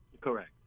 Correct